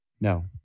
No